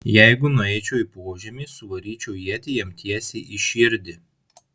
jeigu nueičiau į požemį suvaryčiau ietį jam tiesiai į širdį